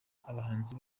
abahanzi